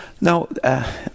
Now